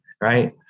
right